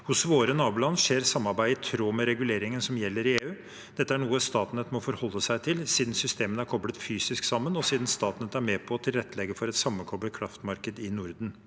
Hos våre naboland skjer samarbeidet i tråd med reguleringen som gjelder i EU. Dette er noe Statnett må forholde seg til, siden systemene er koblet fysisk sammen, og siden Statnett er med på å tilrettelegge for et sammenkoblet kraftmarked i Norden.